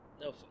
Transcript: No